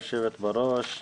היושבת בראש,